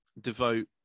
devote